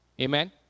Amen